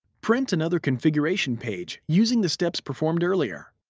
print another configuration page using the steps performed earlier.